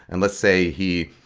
and let's say he